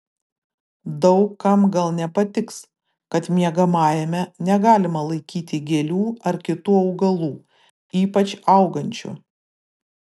daug kam gal nepatiks kad miegamajame negalima laikyti gėlių ar kitų augalų ypač augančių